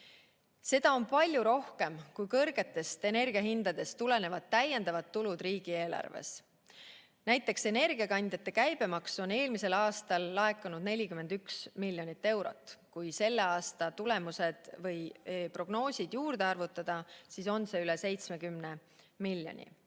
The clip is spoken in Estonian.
Seda on palju rohkem kui kõrgetest energiahindadest tulenevad täiendavad tulud riigieelarves. Näiteks, energiakandjate käibemaksu on eelmisel aastal laekunud 41 miljonit eurot. Kui selle aasta tulemused või prognoosid juurde arvutada, siis on see üle 70 miljoni.